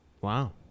Wow